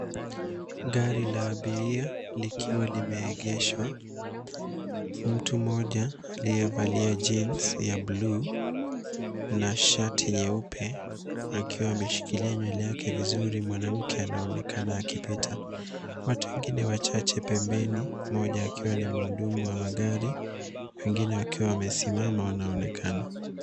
Gari la abiria likiwa limeegeshwa. Mtu mmoja aliyevalia (cs)jeans (cs)ya bluu na shati nyeupe, akiwa ameshikilia nywele yake vizuri. Mwanamke anaonekana akipita, watu wengine wachache pembeni mmoja akiwa ni mhudumu wa magari na wengine wakiwa wamesimama wanaonekana.